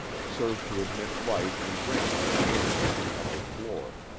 serve to admit light and rain to the rooms of the upper floor.